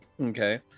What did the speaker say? Okay